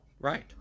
Right